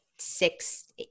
Six